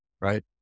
right